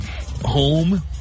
home